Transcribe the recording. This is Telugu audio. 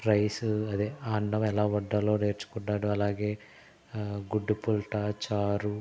రైస్ అదే అన్నం ఎలా వండాలో నేర్చుకున్నాను అలాగే గుడ్డు పుల్టా చారు